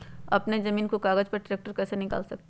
अपने जमीन के कागज पर ट्रैक्टर कैसे निकाल सकते है?